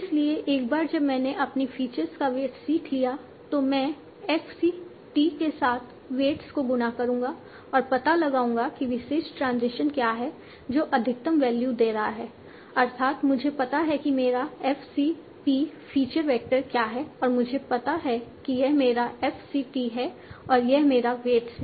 इसलिए एक बार जब मैंने अपनी फीचर्स का वेट्स सीख लिया तो मैं fc t के साथ वेट्स को गुणा करूंगा और पता लगाऊंगा कि विशेष ट्रांजिशन क्या है जो अधिकतम वैल्यू दे रहा है अर्थात मुझे पता है कि मेरा fc t फीचर वेक्टर क्या है और मुझे पता है कि यह मेरा fc t है और यह मेरा वेट्स है